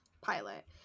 pilot